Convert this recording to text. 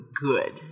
good